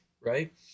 right